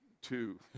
two